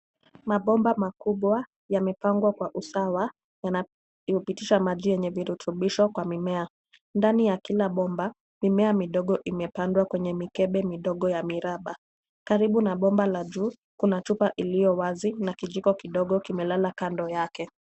Mabomba makubwa yamepangwa kwa usawa yanapitisha maji yenye virutubisho kwa mimea. Ndani ya kila bomba mimea midogo imepandwa kwenye mikebe midogo ya miraba. Karibu na bomba la juu kuna chupa iliyo wazi na kijiko kidogo kimelala kando yake.